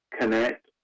connect